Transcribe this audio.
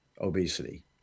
obesity